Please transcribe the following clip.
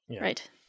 right